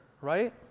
right